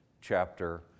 chapter